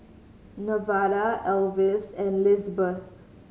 Nevada Alvis and Lisbeth